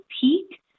peak